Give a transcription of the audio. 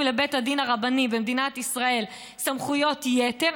לבית הדין הרבני במדינת ישראל סמכויות יתר?